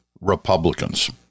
Republicans